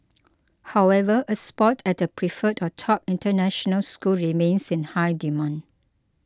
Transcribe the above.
however a spot at a preferred or top international school remains in high demand